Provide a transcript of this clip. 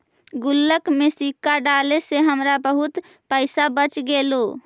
गुल्लक में सिक्का डाले से हमरा बहुत पइसा बच गेले